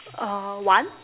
uh one